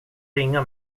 ringa